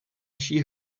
she